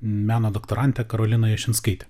meno doktorante karolina jašinskaite